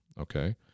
okay